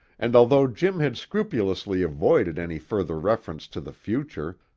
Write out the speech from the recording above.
and although jim had scrupulously avoided any further reference to the future,